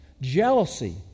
Jealousy